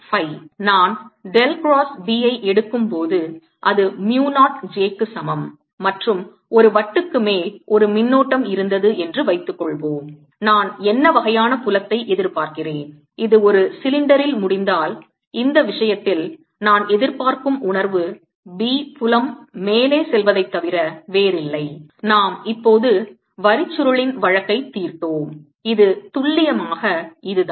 நான் del cross B ஐ எடுக்கும் போது அது mu 0 j க்கு சமம் மற்றும் ஒரு வட்டுக்கு மேல் ஒரு மின்னோட்டம் இருந்தது என்று வைத்துக்கொள்வோம் நான் என்ன வகையான புலத்தை எதிர்பார்க்கிறேன் இது ஒரு சிலிண்டரில் முடிந்தால் இந்த விஷயத்தில் நான் எதிர்பார்க்கும் உணர்வு B புலம் மேலே செல்வதைத் தவிர வேறில்லை நாம் இப்போது வரிச்சுருள் இன் வழக்கைத் தீர்த்தோம் இது துல்லியமாக இதுதான்